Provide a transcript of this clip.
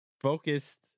focused